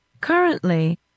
Currently